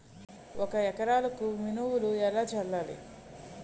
ఒక ఎకరాలకు మినువులు ఎన్ని చల్లాలి?